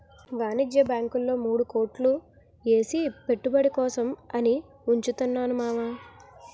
వాణిజ్య బాంకుల్లో మూడు కోట్లు ఏసి పెట్టుబడి కోసం అని ఉంచుతున్నాను మావా